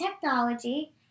Technology